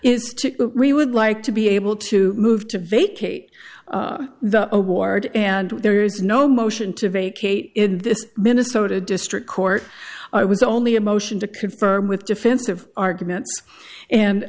re would like to be able to move to vacate the award and there is no motion to vacate in this minnesota district court i was only a motion to confirm with defensive arguments and